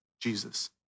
Jesus